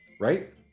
Right